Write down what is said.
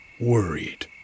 worried